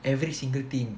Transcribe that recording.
every single thing